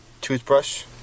Toothbrush